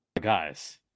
Guys